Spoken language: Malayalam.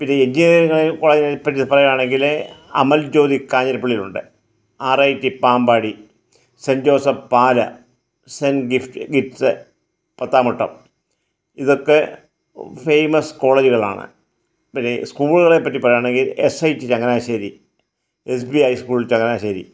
പിന്നെ എൻജിനീയറിങ് കോളേജിനെപ്പറ്റി പറയുവാണെങ്കിൽ അമൽ ജ്യോതി കാഞ്ഞിരപ്പള്ളിലുണ്ട് R I T Pampady saint Joseph Pala saint gift gifts Pathamuttam ഇതൊക്കെ ഫേമസ് കോളേജുകളാണ് പിന്നെ സ്കൂളുകളെപ്പറ്റി പറയുവാണെങ്കിൽ S I T Changanassery S B high school Changanassery